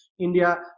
india